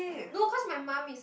no cause my mum is